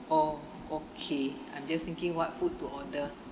oh okay I'm just thinking what food to order